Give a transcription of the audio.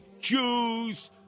Jews